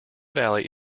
valley